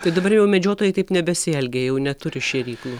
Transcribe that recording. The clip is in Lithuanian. tai dabar jau medžiotojai taip nebesielgia jau neturi šėryklų